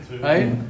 Right